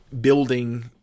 building